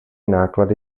náklady